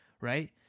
right